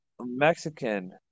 Mexican